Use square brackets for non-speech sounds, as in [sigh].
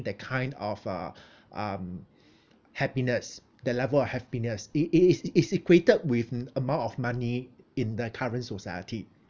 that kind of uh [breath] um happiness the level of happiness it is it's equated with an amount of money in the current society